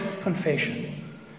confession